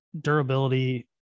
durability